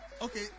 okay